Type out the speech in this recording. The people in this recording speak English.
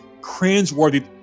cringeworthy